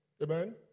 Amen